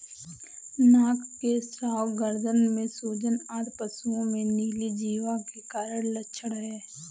नाक से स्राव, गर्दन में सूजन आदि पशुओं में नीली जिह्वा के लक्षण हैं